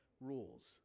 rules